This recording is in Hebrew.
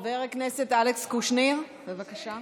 חבר הכנסת אלכס קושניר, בבקשה.